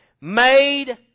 made